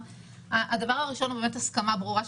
הדבר הראשון הוא באמת הסכמה ברורה,